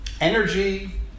energy